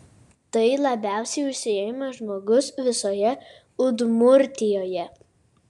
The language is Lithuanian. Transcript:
tai labiausiai užsiėmęs žmogus visoje udmurtijoje